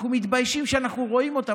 אנחנו מתביישים שאנחנו רואים אותם,